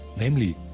namely,